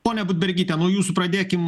ponia budbergyte nuo jūsų pradėkim